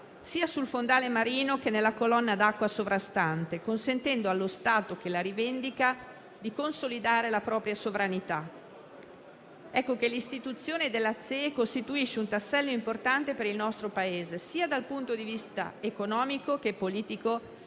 sia sul fondale marino sia nella colonna d'acqua sovrastante, consentendo allo Stato che la rivendica di consolidare la propria sovranità. Ecco che l'istituzione della ZEE costituisce un tassello importante per il nostro Paese dal punto di vista sia economico sia politico